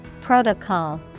Protocol